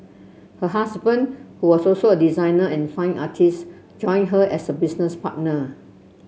her husband who was also a designer and fine artist joined her as a business partner